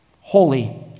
Holy